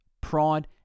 pride